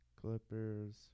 Clippers